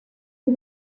die